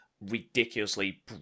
ridiculously